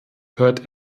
hört